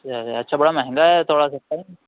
اچھا اچھا اچھا بڑا مہنگا ہے تھوڑا سَستا ہے